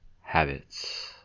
Habits